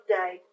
day